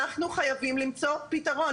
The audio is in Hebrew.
אנחנו חייבים למצוא פתרון.